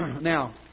Now